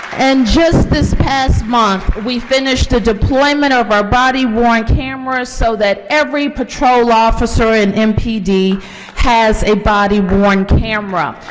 and just this past month, we finished the deployment of our body worn cameras so that every patrol officer in mpd has a body worn camera.